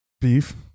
Beef